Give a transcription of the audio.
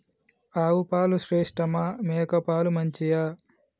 ఆవు పాలు శ్రేష్టమా మేక పాలు మంచియా?